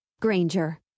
granger